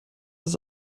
das